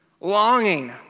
longing